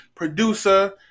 producer